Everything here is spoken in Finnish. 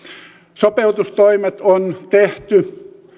sopeutustoimet on tehty